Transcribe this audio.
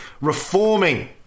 reforming